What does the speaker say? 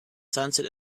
sunset